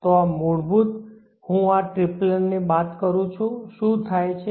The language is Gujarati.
તો આ મૂળભૂત હું આ ટ્રિપ્લેન ને બાદ કરું છું શું થાય છે